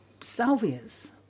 salvias